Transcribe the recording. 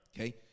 Okay